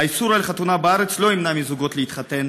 איסור החתונה בארץ לא ימנע מזוגות להתחתן,